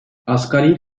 asgari